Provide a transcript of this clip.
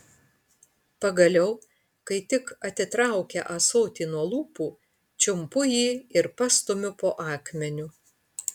pagaliau kai tik atitraukia ąsotį nuo lūpų čiumpu jį ir pastumiu po akmeniu